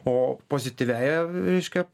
o pozityviąja reiškia